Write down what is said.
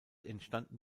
entstanden